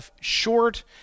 short